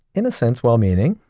in a sense, well-meaning.